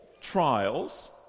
trials